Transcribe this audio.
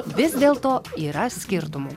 vis dėl to yra skirtumų